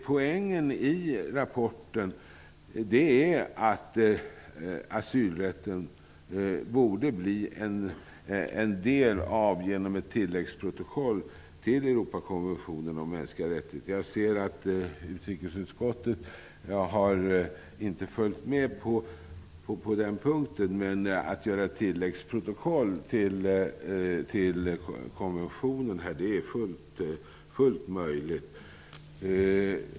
Poängen i rapporten är det som sägs om att asylrätten, genom ett tilläggsprotokoll, borde bli en del av Europakonventionen om de mänskliga rättigheterna. Jag ser att utrikesutskottet inte har följt med på den punkten. Men att göra ett tilläggsprotokoll till konventionen här är fullt möjligt.